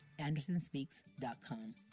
Andersonspeaks.com